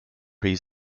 pre